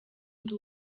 ndi